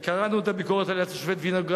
וקראנו את הביקורת עליה בדוח השופט וינוגרד,